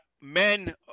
men